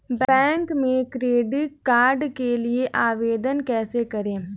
Bank में credit card के लिए आवेदन कैसे करें?